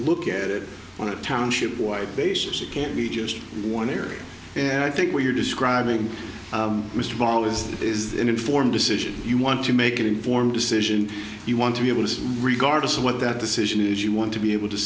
look at it on a township wide basis it can't be just one area and i think what you're describing mr ball is is an informed decision you want to make an informed decision you want to be able to regardless of what that decision is you want to be able to